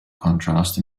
contrast